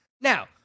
Now